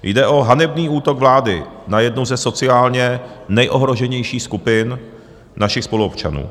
Jde o hanebný útok vlády na jednu ze sociálně nejohroženějších skupin našich spoluobčanů.